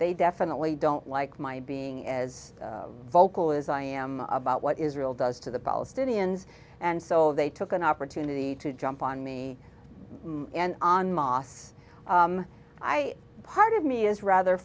they definitely don't like my being as vocal as i am about what israel does to the palestinians and so they took an opportunity to jump on me and on moss i part of me is rather